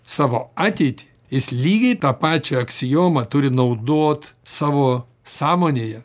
savo ateitį jis lygiai tą pačią aksiomą turi naudot savo sąmonėje